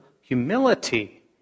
humility